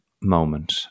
moment